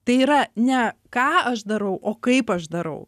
tai yra ne ką aš darau o kaip aš darau